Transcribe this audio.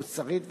מוסרית וחברתית.